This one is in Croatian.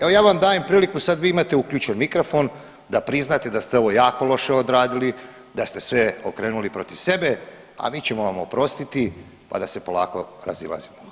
Evo ja vam dajem priliku, sad vi imate uključen mikrofon, da priznate da ste ovo jako loše odradili, da ste sve okrenuli protiv sebe, a mi ćemo vam oprostiti, pa da se polako razilazimo.